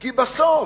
כי בסוף,